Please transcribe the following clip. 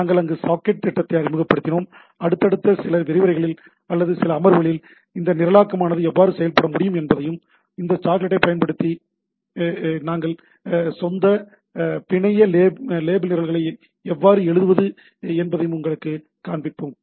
நாங்கள் அங்கு சாக்கெட் திட்டத்தை அறிமுகப்படுத்தினோம் அடுத்தடுத்த சில விரிவுரைகளில் அல்லது சில அமர்வுகளில் இந்த நிரலாக்கமானது எவ்வாறு செயல்பட முடியும் என்பதையும் இந்த சாக்கெட்டைப் பயன்படுத்தி உங்கள் சொந்த பிணைய லேபிள் நிரல்களை எவ்வாறு எழுதுவது என்பதையும் உங்களுக்குக் காண்பிப்போம்